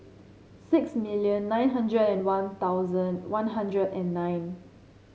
six million nine hundred and One Thousand One Hundred and nine